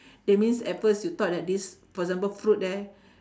that means at first you thought that this for example fruit there